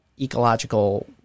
ecological